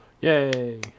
yay